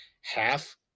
half